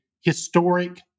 historic